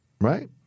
right